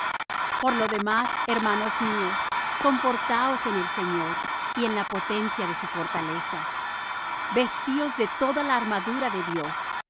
por lo demás hermanos míos confortaos en el señor y en la potencia de su fortaleza vestíos de toda la armadura de dios